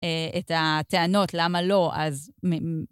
את הטענות למה לא, אז...